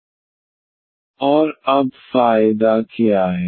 और अब फायदा क्या है